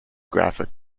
graphic